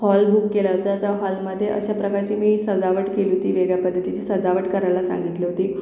hall book केला होता त्या हॉलमधे अशा प्रकारची मी सजावट केली होती वेगळ्या पद्धतीची सजावट करायला सांगितलं होती